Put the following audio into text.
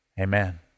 Amen